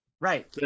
right